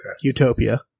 Utopia